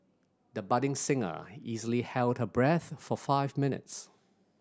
the budding singer easily held her breath for five minutes